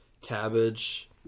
cabbage